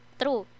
true